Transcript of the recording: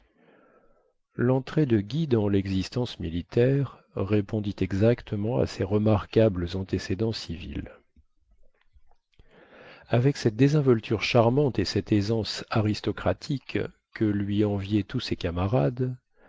lentrée de guy dans lexistence militaire répondit exactement à ses remarquables antécédents civils avec cette désinvolture charmante et cette aisance aristocratique que lui enviaient tous ses camarades